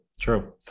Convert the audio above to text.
true